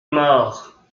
marre